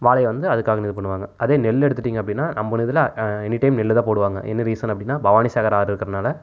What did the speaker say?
வாழை வந்து அதுக்காகன்னு இது பண்ணுவாங்கள் அதே நெல் எடுத்துட்டீங்கள் அப்படின்னா நம்மளு இதில் எனி டைம் நெல் தான் போடுவாங்கள் என்ன ரீசன் அப்படின்னா பவானி சாகர் ஆறு இருக்கிறதுனால